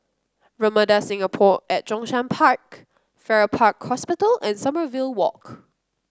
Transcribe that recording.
Ramada Singapore at Zhongshan Park Farrer Park Hospital and Sommerville Walk